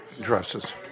dresses